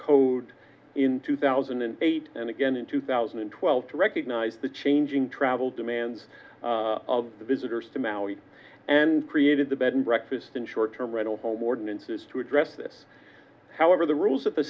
code in two thousand and eight and again in two thousand and twelve to recognize the changing travel demands of visitors to maui and created the bed and breakfast in short term rental home ordinances to address this however the rules of the